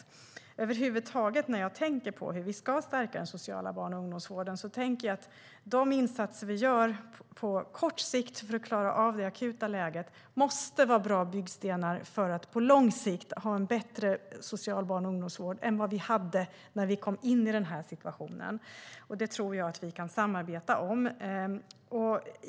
När det över huvud taget gäller att stärka den sociala barn och ungdomsvården tänker jag att de insatser vi gör på kort sikt för att klara av det akuta läget måste vara bra byggstenar för att på lång sikt ha en bättre social barn och ungdomsvård än vad vi hade när vi kom in i den här situationen. Det tror jag att vi kan samarbeta om.